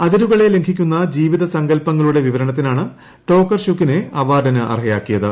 അതിരുകളെ ലംഘിക്കുന്ന ജീവിത സങ്കല്പങ്ങളുടെ വിവരണത്തിന്റ്റിങ്ങ് ടോക്കർ ഷുക്കിനെ അവാർഡിനർഹയാക്കിയത്